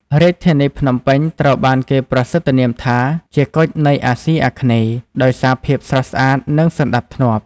រាជធានីភ្នំពេញត្រូវបានគេប្រសិទ្ធនាមថាជា "គុជនៃអាស៊ីអាគ្នេយ៍" ដោយសារភាពស្រស់ស្អាត និងសណ្តាប់ធ្នាប់។